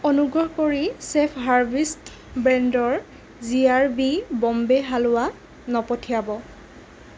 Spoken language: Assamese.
অনুগ্ৰহ কৰি চেফ্ হাৰ্ভেষ্ট ব্ৰেণ্ডৰ G R B Bombay halwa নপঠিয়াব